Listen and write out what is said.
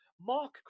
Mark